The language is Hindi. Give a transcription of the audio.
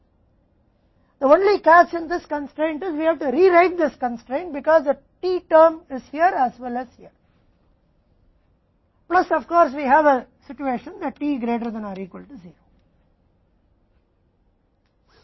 इस अड़चन में एकमात्र पकड़ यह है कि हमें इस अड़चन को फिर से लिखना होगा क्योंकि T शब्द यहाँ और साथ ही साथ साथ निश्चित रूप से हमारे पास ऐसी स्थिति है कि T 0 से अधिक या इसके बराबर है